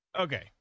Okay